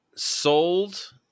sold